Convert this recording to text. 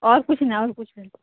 اور کچھ نا اور کچھ نہیں